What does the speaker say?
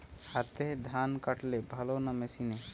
হাতে ধান কাটলে ভালো না মেশিনে?